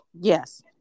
Yes